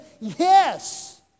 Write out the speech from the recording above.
Yes